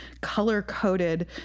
color-coded